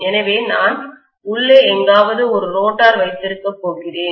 எனவே நான் உள்ளே எங்காவது ஒரு ரோட்டார் வைத்திருக்கப் போகிறேன்